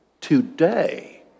today